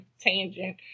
tangent